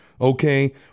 Okay